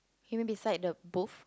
you mean beside the booth